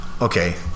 Okay